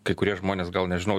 kai kurie žmonės gal nežinau